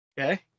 Okay